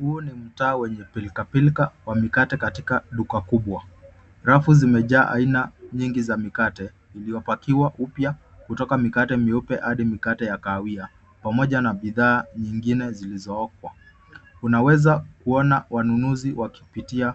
Huu ni mtu wa pilkapilka wa mikate katika duka kubwa. Rafu zimejaa aina nyingi za mikate iliyopakiwa upya kutoka mikate meupe hadi mikate ya kahawia pamoja na bidhaa nyingine zilizookwa. Tunaweza kuona wanunuzi wakipitia